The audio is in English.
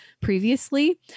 previously